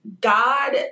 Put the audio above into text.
God